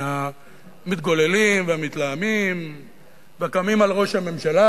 מהמתגוללים והמתלהמים והקמים על ראש הממשלה.